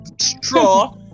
straw